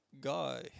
guy